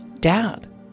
Dad